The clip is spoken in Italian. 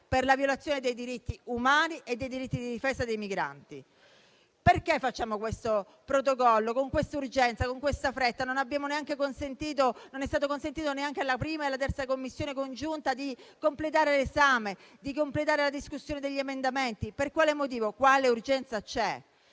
per la violazione dei diritti umani e dei diritti di difesa dei migranti. Perché facciamo questo Protocollo con quest'urgenza e con questa fretta? Non è stato consentito neanche alla 1a e alla 3a Commissione riunite di completare l'esame e la discussione degli emendamenti. Per quale motivo? Quale urgenza c'è?